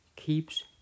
keeps